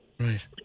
Right